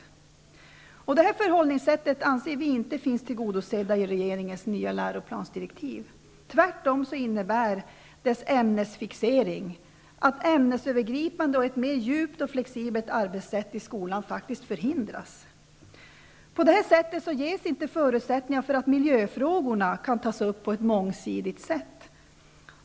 När det gäller detta förhållningssätt anser vi inte att kraven är tillgodosedda i regeringens nya läroplansdirektiv. Tvärtom innebär dess ämnesfixering att ett ämnesövergripande, djupare och mera flexibelt arbetssätt i skolan faktiskt förhindras. På detta sätt ges inte förutsättningar för en mångsidig belysning av miljöfrågorna.